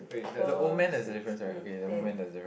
four six eight ten